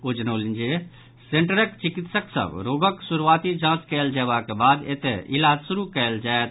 ओ जनौलनि जे सेंटरक चिकित्सक सभ रोगक शुरूआती जांच कयल जयबाक बाद एतय इलाज शुरू कयल जायत